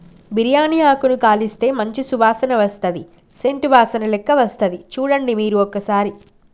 బిరియాని ఆకును కాలిస్తే మంచి సువాసన వస్తది సేంట్ వాసనలేక్క వస్తది చుడండి మీరు ఒక్కసారి